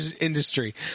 industry